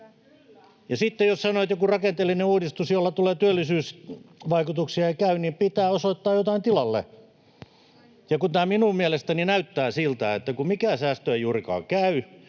Ja sitten jos sanoo, että joku rakenteellinen uudistus, jolla tulee työllisyysvaikutuksia, ei käy, niin pitää osoittaa jotain tilalle. Ja tämä minun mielestäni näyttää siltä, että mikään säästö ei juurikaan käy,